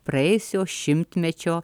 praėjusio šimtmečio